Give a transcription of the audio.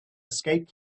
escape